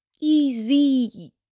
Easy